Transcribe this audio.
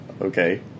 Okay